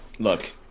Look